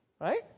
Right